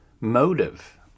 motive